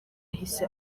ahise